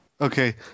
Okay